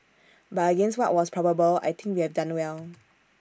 but against what was probable I think we have done well